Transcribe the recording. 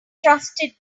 trusted